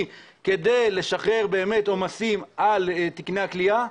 כדי לשחרר באמת עומסים על תקני הכליאה,